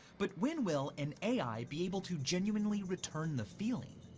but when will an a i. be able to genuinely return the feeling?